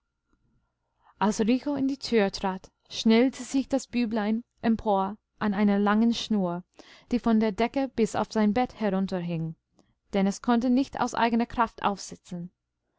rico in die tür trat schnellte sich das büblein empor an einer langen schnur die von der decke bis auf sein bett herunterhing denn es konnte nicht aus eigener kraft aufsitzen